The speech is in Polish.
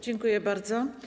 Dziękuję bardzo.